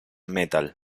metal